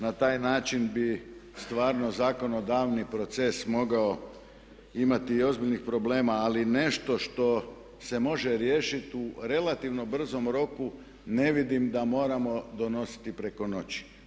Na taj način bi stvarno zakonodavni proces mogao imati i ozbiljnih problema, ali nešto što se može riješiti u relativno brzom roku ne vidim da moramo donositi preko noći.